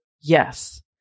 yes